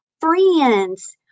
friends